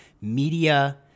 media